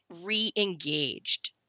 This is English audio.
re-engaged